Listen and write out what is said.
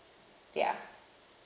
yeah